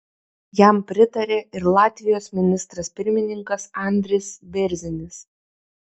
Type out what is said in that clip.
jam pritarė ir latvijos ministras pirmininkas andris bėrzinis